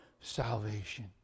salvation